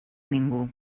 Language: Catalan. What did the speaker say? ningú